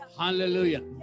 Hallelujah